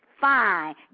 Fine